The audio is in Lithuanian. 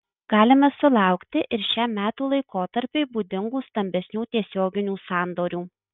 galime sulaukti ir šiam metų laikotarpiui būdingų stambesnių tiesioginių sandorių